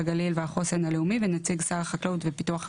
הגליל והחוסן הלאומי ונציג שר החקלאות ופיתוח הכפר".